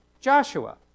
Joshua